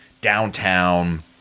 downtown